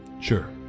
Sure